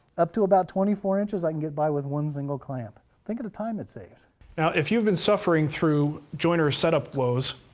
up to about twenty four inches, i can get by with one, single clamp, think of the time and saves. marc now if you've been suffering through jointer's set-up woes,